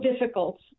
difficult